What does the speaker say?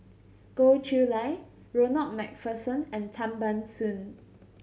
Goh Chiew Lye Ronald Macpherson and Tan Ban Soon